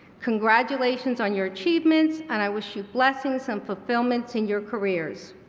congratulations on your achievements and i wish you blessings and fulfillments in your careers.